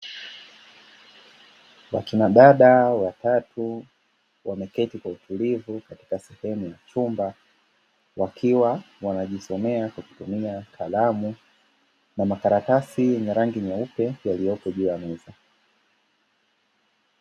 Wakina dada watatu wameketi kwa utulivu katika sehemu ya chumba, wakiwa wanajisomea kwa kutumia kalamu na makaratasi, yenye rangi nyeupe yaliyopo juu ya meza.